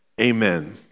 amen